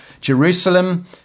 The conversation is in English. Jerusalem